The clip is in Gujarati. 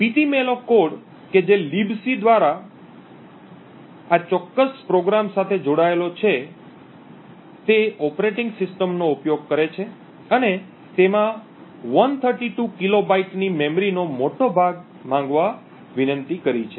પીટીમેલોક કોડ કે જે લિબસી દ્વારા આ ચોક્કસ પ્રોગ્રામ સાથે જોડાયો છે તે ઓપરેટીંગ સિસ્ટમનો ઉપયોગ કરે છે અને તેમાં 132 કિલોબાઇટની મેમરીનો મોટો ભાગ માંગવા વિનંતી કરી છે